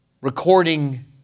recording